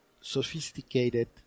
sophisticated